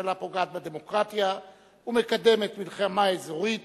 הממשלה פוגעת בדמוקרטיה ומקדמת מלחמה אזורית